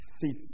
feet